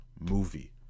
movie